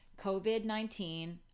COVID-19